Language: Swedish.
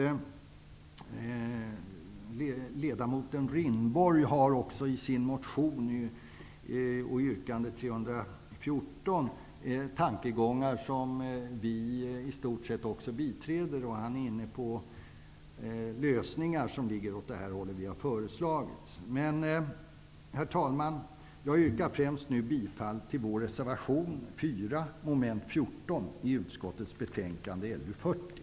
framfört tankegångar som vi i stort sett instämmer i. Han är inne på lösningar i samma riktning som vi har föreslagit. Men, herr talman, jag yrkar främst bifall till vår reservation 4 under mom. 14 i utskottets betänkande LU40.